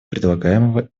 предлагаемого